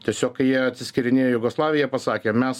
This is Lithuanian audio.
tiesiog kai jie atsiskirynėjo jugoslavija pasakė mes